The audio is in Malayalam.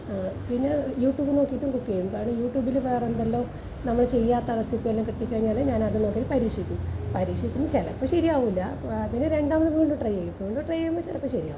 പിന്നെ യു ട്യൂബില് നോക്കിയിട്ടും കുക്ക് ചെയ്യും കാരണം യു ട്യൂബില് വേറെ എന്തെല്ലാം നമ്മള് ചെയ്യാത്ത റെസിപ്പിയെല്ലാം കിട്ടിക്കഴിഞ്ഞാല് ഞാൻ അത് നോക്കി പരീക്ഷിക്കും പരീക്ഷിക്കുമ്പോൾ ചിലപ്പോൾ ശരിയാകില്ല അതിന് രണ്ടാമത് വീണ്ടും ട്രൈ ചെയ്യും വീണ്ടും ട്രൈ ചെയ്യുമ്പോൾ ചിലപ്പോൾ ശരിയാകും